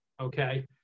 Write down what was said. okay